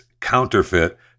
counterfeit